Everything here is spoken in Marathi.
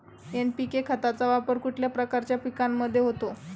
एन.पी.के खताचा वापर कुठल्या प्रकारच्या पिकांमध्ये होतो?